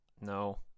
No